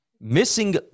missing